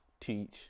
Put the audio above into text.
teach